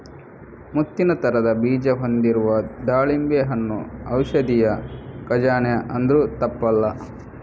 ಮುತ್ತಿನ ತರದ ಬೀಜ ಹೊಂದಿರುವ ದಾಳಿಂಬೆ ಹಣ್ಣು ಔಷಧಿಯ ಖಜಾನೆ ಅಂದ್ರೂ ತಪ್ಪಲ್ಲ